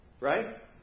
Right